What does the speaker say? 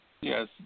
Yes